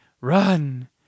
run